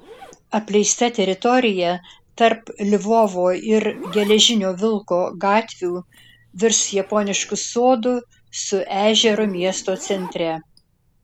apleista teritorija tarp lvovo ir geležinio vilko gatvių virs japonišku sodu su ežeru miesto centre